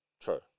true